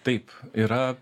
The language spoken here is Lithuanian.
taip yra